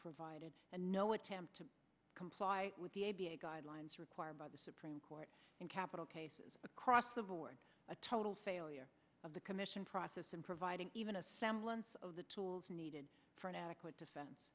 provided and no attempt to comply with the a b a guidelines required by the supreme court in capital cases across the board a total failure of the commission process and providing even a semblance of the tools needed for an adequate defen